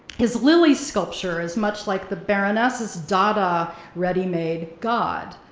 his lilies sculpture is much like the baroness's dada ready made god,